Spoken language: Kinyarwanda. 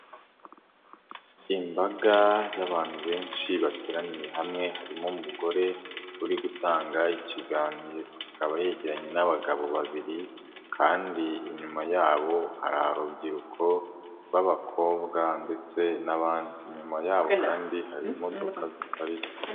Imbaga y'abantu benshi bateraniye hamwe harimo umugore uri gutanga ikiganiro, akaba yegeranye n'abagabo babiri kandi inyuma yabo hari urubyiruko rw'abakobwa ndetse n'abandi inyuma yabo kandi hari imodoka ziparitse.